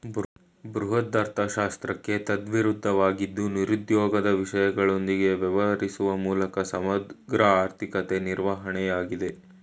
ಬೃಹದರ್ಥಶಾಸ್ತ್ರಕ್ಕೆ ತದ್ವಿರುದ್ಧವಾಗಿದ್ದು ನಿರುದ್ಯೋಗದ ವಿಷಯಗಳೊಂದಿಗೆ ವ್ಯವಹರಿಸುವ ಮೂಲಕ ಸಮಗ್ರ ಆರ್ಥಿಕತೆ ನಿರ್ವಹಣೆಯಾಗಿದೆ